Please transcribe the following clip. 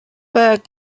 berg